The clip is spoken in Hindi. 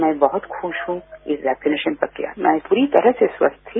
मैं बहुत खुश हूं इस वैक्सीनेशन प्रक्रिया से मैं पूरी तरह से स्वस्थ थी